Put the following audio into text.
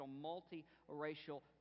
multi-racial